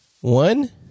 One